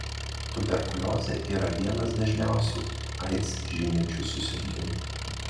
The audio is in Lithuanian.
tuberkuliozė yra vienas dažniausių aids žyminčių susirgimų